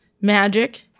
Magic